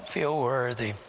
feel worthy.